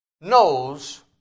knows